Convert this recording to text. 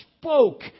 spoke